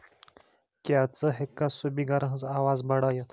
کیا ژٕ ہیٚککھا سپیکرن ہِنٛز آواز بڑایِتھ ؟